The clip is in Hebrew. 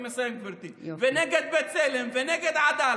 תודה רבה,